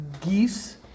geese